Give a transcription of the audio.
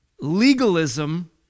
legalism